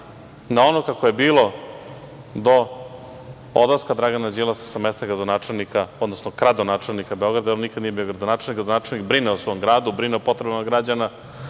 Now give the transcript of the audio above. na ono kako je bilo do odlaska Dragana Đilasa sa mesta gradonačelnika, odnosno kradonačelnika Beograda. On nikada nije bio gradonačelnik, gradonačelnik brine o svom gradu, brine o potrebama građana.